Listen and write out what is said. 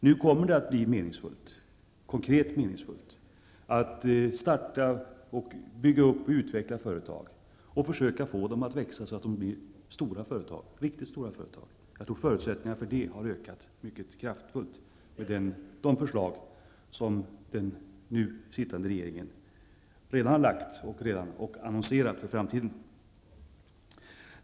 Nu kommer det att bli konkret meningsfullt att starta, bygga upp och utveckla företag och försöka få dem att växa så att de blir riktigt stora. Jag tror att förutsättningarna härför ökar mycket om de förslag genomförs som den nu sittande regeringen redan har lagt fram och som den annonserat med tanke på framtiden.